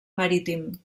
marítim